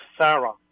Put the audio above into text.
Sarah